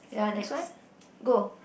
ya next go